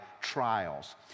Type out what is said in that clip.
trials